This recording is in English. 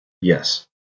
Yes